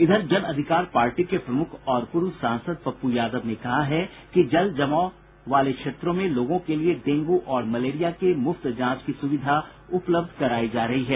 इधर जन अधिकार पार्टी के प्रमुख और पूर्व सांसद पप्पू यादव ने कहा है कि जल जमाव प्रभावित क्षेत्रों में लोगों के लिये डेंगू और मलेरिया के मुफ्त जांच की सुविधा उपलब्ध करायी जा रही है